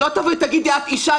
שלא תבואי ותגידי, את אישה.